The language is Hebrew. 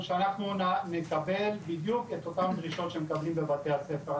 שאנחנו נקבל בדיוק את אותן דרישות שמקבלים בבתי הספר.